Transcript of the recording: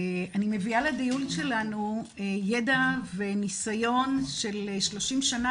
אני מביאה לדיון שלנו ידע וניסיון של 30 שנה